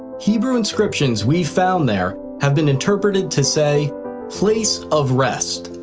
hebrew inscriptions we found there have been interpreted to say place of rest,